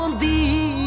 um the